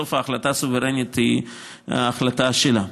כאשר בסוף ההחלטה הסוברנית היא ההחלטה שלה.